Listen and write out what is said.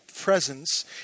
presence